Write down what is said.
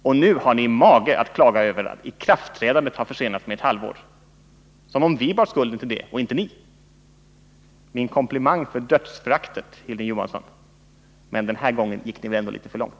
Och nu har ni mage att klaga över att ikraftträdandet har försenats med ett halvår — som om vi bar skulden till det och inte ni. Min komplimang för dödsföraktet, Hilding Johansson — men den här gången gick ni väl ändå litet för långt?